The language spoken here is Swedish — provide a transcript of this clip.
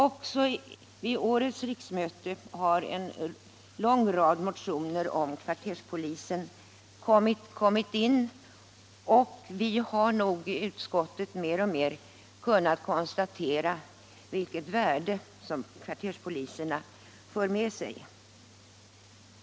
Också till årets riksmöte har en lång rad motioner om kvarterspolis kommit in, och vi har nog i utskottet mer och mer kunnat konstatera vilket värde kvarterspoliserna har.